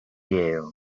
you